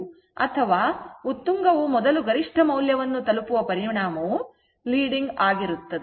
ಅದನ್ನು ಉತ್ತುಂಗವು ಮೊದಲು ಗರಿಷ್ಠ ಮೌಲ್ಯವನ್ನು ತಲುಪುವ ಪ್ರಮಾಣವು leading ಆಗಿರುತ್ತದೆ